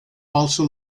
also